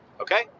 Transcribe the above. Okay